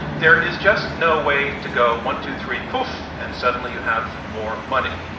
there is just no way to go, one, two, three, poof, and suddenly you have more money.